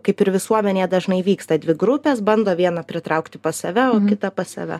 kaip ir visuomenėje dažnai vyksta dvi grupės bando viena pritraukti pas save o kita pas save